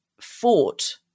fought